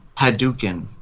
Hadouken